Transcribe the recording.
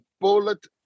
bullet